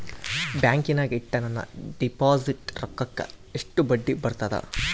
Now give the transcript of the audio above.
ಬ್ಯಾಂಕಿನಾಗ ಇಟ್ಟ ನನ್ನ ಡಿಪಾಸಿಟ್ ರೊಕ್ಕಕ್ಕ ಎಷ್ಟು ಬಡ್ಡಿ ಬರ್ತದ?